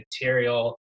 material